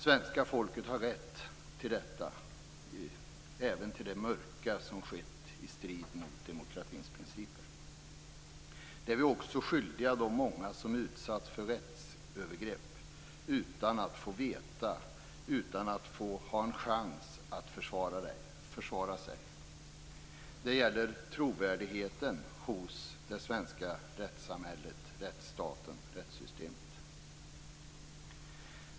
Svenska folket har rätt även till det mörka som skett i strid mot demokratins principer. Det är vi också skyldiga de många som har utsatts för rättsövergrepp utan att få veta och utan att ha en chans att försvara sig. Det gäller trovärdigheten hos det svenska rättssamhället, rättsstaten, rättssystemet.